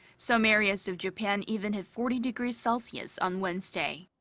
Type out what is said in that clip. some areas of japan even hit forty degrees celsius on wednesday.